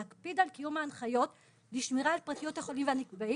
להקפיד על קיום ההנחיות לשמירה על פרטיות החולים והנפגעים